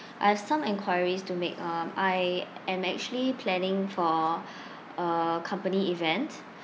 I have some enquiries to make um I am actually planning for a company event